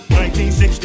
1960